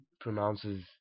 pronounces